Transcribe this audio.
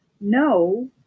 no